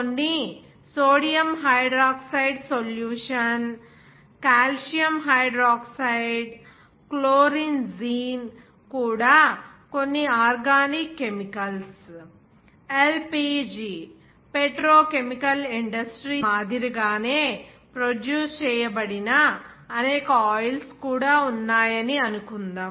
కొన్ని sodium hydroxide solution calcium hydroxide chlorine gene కూడా కొన్ని organic chemicals LPG petro chemical industries మాదిరిగానే produce చేయబడిన అనేక ఆయిల్స్ కూడా ఉన్నాయని అనుకుందాం